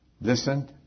listen